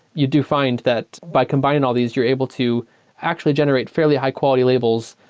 you do find that by combining all these, you're able to actually generate fairly high quality labels,